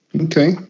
Okay